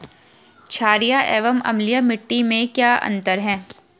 छारीय एवं अम्लीय मिट्टी में क्या अंतर है?